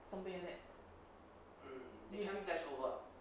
something like that